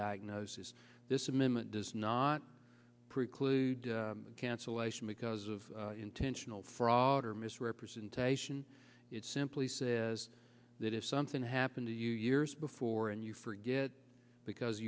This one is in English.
diagne this amendment does not preclude cancellation because of intentional fraud or misrepresentation it simply says that if something happened to you years before and you forget it because